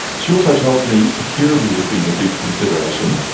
she also tells me security has been a big consideration.